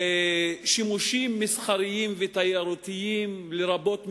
שימושים מסחריים ותיירותיים, לרבות מגורים,